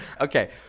Okay